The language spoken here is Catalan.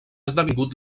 esdevingut